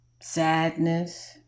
sadness